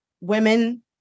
women